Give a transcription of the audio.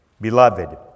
beloved